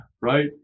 right